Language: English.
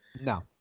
No